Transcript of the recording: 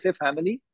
family